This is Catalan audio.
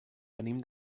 venim